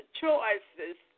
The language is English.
choices